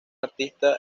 artista